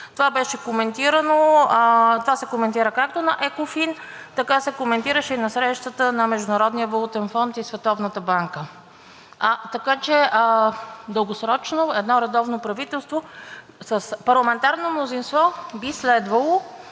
Това се коментира както на ЕКОФИН, така се коментираше и на срещата на Международния валутен фонд и Световната банка. Така че дългосрочно едно редовно правителство, с парламентарно мнозинство, би следвало